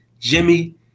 Jimmy